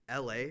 LA